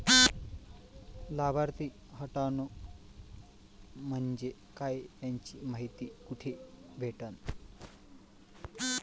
लाभार्थी हटोने म्हंजे काय याची मायती कुठी भेटन?